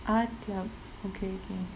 art club okay can